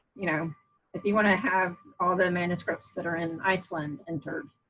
you know if you have all the manuscripts that are in iceland entered,